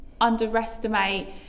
underestimate